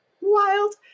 wild